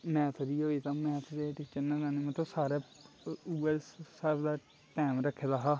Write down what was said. math दी होई ते मैथ दे टीचर ने लैनी मतलब सारे उ'ऐ स्हाबै टैम रक्खे दा हा